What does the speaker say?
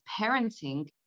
parenting